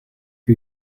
who